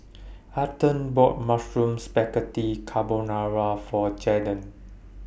Arther bought Mushroom Spaghetti Carbonara For Jaydan